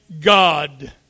God